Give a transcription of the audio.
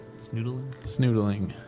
snoodling